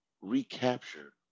recapture